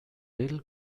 little